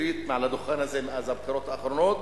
העשירית מעל לדוכן הזה מאז הבחירות האחרונות.